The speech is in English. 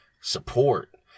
support